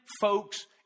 Folks